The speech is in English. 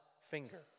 finger